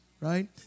right